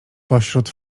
pośród